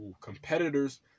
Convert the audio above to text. competitors